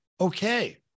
Okay